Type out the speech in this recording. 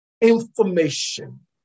information